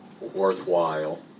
worthwhile